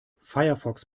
firefox